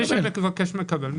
מי שמבקש, מקבל.